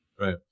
Right